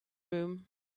room